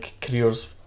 careers